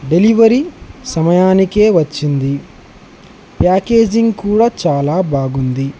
delivery సమయానికే వచ్చింది packaging కూడా చాలా బాగుంది